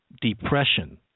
depression